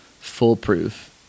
foolproof